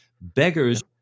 beggars